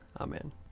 Amen